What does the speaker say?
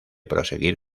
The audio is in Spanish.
proseguir